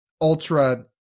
ultra